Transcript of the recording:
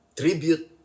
tribute